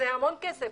זה המון כסף.